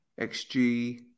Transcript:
XG